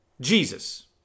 Jesus